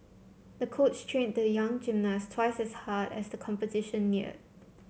the coach trained the young gymnast twice as hard as the competition neared